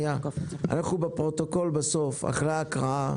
אחרי ההקראה,